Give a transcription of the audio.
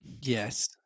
yes